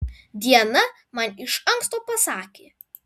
diana man iš anksto pasakė